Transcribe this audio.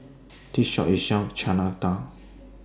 This Shop sells Chana Dal